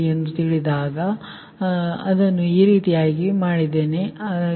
ನೀವು ಈ ರೀತಿಯ ನೆಟ್ವರ್ಕ್ ಹೊಂದಿದ್ದೀರಿ ಎಂದು ಭಾವಿಸೋಣ ನಾನು ಅದನ್ನು ಈ ರೀತಿ ಮಾಡಿದ್ದೇನೆ ಸರಿ